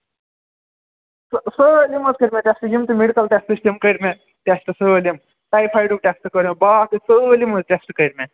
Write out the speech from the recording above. سٲلِم حظ کٔر مےٚ ٹیٚسٹہٕ یِم تہِ میڈِکَل ٹیٚسٹہٕ چھِ تِم کٔرۍ مےٚ ٹیٚسٹہٕ سٲلِم ٹایفایڈُک ٹیٚسٹہٕ کٔرِم باقٕے سٲلِم حظ ٹیٚسٹہٕ کٔرۍ مےٚ